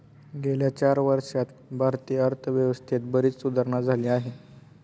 गेल्या चार वर्षांत भारतीय अर्थव्यवस्थेत बरीच सुधारणा झाली आहे